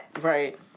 Right